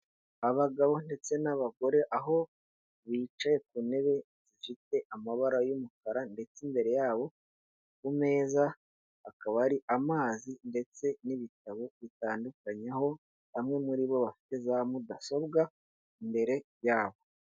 Abagabo ndetse n'abagore, aho bicaye ku ntebe ifite amabara y'umukara, ndetse imbere yabo ku meza, hakaba hari amazi ndetse n'ibitabo bitandukanye, aho bamwe muri bo bafite za mudasobwa imbere yabo.